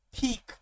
peak